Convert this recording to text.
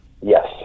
Yes